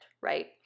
right